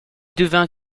devint